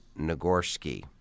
Nagorski